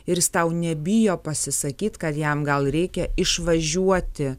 ir jis tau nebijo pasisakyt kad jam gal reikia išvažiuoti